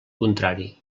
contrari